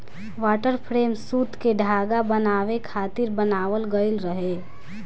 water frame सूत के धागा बनावे खातिर बनावल गइल रहे